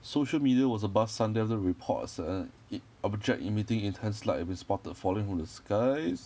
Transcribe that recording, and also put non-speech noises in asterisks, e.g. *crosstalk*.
social media was abuzz sunday after reports *noise* object emitting intense light has been spotted falling from the skies